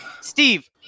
Steve